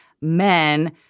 men